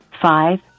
five